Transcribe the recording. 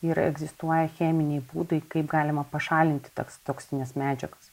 ir egzistuoja cheminiai būdai kaip galima pašalinti toks toksines medžiagas